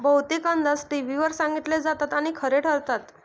बहुतेक अंदाज टीव्हीवर सांगितले जातात आणि खरे ठरतात